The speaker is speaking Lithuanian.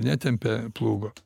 netempia plūgo